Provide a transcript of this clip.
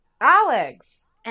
Alex